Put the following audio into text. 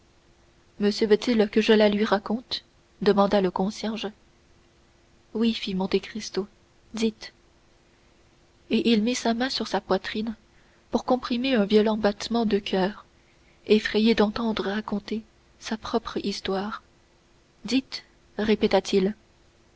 monsieur veut-il que je la lui raconte demanda le concierge oui fit monte cristo dites et il mit sa main sur sa poitrine pour comprimer un violent battement de coeur effrayé d'entendre raconter sa propre histoire dites répéta-t-il